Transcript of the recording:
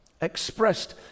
expressed